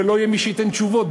ולא יהיה מי שייתן תשובות,